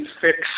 fix